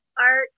art